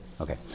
Okay